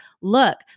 look